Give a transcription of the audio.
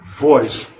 voice